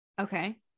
okay